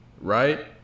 right